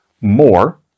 more